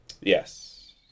Yes